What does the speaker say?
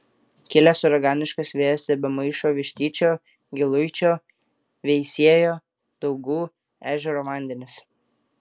kilęs uraganiškas vėjas tebemaišo vištyčio giluičio veisiejo daugų ežero vandenis